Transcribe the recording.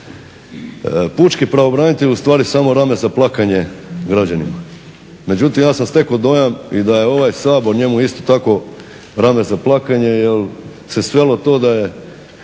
pučki pravobranitelj ustvari samo rame za plakanje građanima. Međutim, ja sam stekao dojam i da je ovaj Sabor njemu isto tako rame za plakanje jer se svelo to da smo